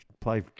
play